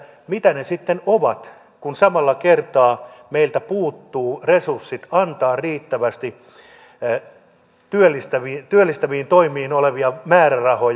mitä ne sitten ovat kun samalla kertaa meiltä puuttuvat resurssit antaa riittävästi työllistäviin toimiin määrärahoja